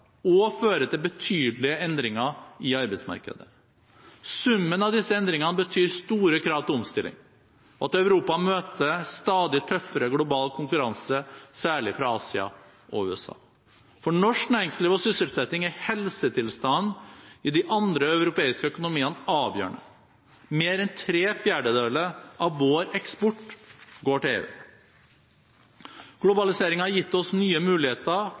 og føre til betydelige endringer i arbeidsmarkedet. Summen av disse endringene betyr store krav til omstilling, og at Europa møter stadig tøffere global konkurranse, særlig fra Asia og USA. For norsk næringsliv og sysselsetting er helsetilstanden i de andre europeiske økonomiene avgjørende. Mer enn tre fjerdedeler av vår eksport går til EU. Globaliseringen har gitt oss nye muligheter